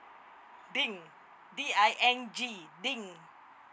ding D I N G